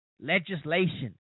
legislation